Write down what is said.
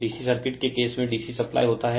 DC circuit के case में DC supply होता हैं